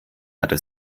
hatte